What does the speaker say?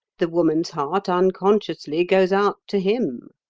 the woman's heart unconsciously goes out to him.